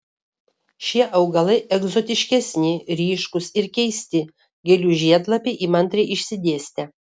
šie augalai egzotiškesni ryškūs ir keisti gėlių žiedlapiai įmantriai išsidėstę